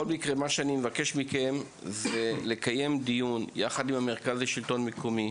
אני מבקש מכם לקיים דיון עם המרכז לשלטון מקומי,